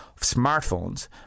smartphones